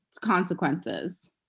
consequences